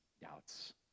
doubts